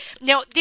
Now